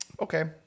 Okay